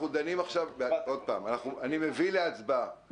אני מביא להצבעה